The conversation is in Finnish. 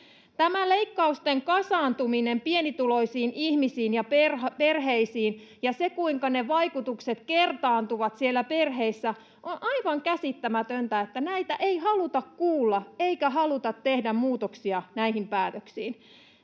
leikkausten kasaantuminen pienituloisiin ihmisiin ja perheisiin ja se, kuinka ne vaikutukset kertaantuvat siellä perheissä — on aivan käsittämätöntä, että näitä ei haluta kuulla eikä haluta tehdä muutoksia näihin päätöksiin.